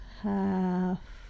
half